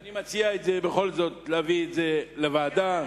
אני מציע להעביר לוועדה.